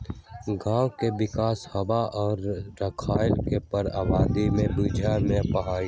गांव के विकास होवे और शहरवन पर आबादी के बोझ न पड़ई